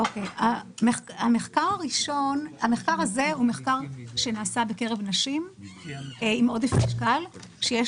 המחקר הזה נעשה בקרב נשים עם עודף משקל שיש